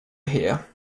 here